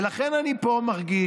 ולכן אני מרגיש